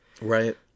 Right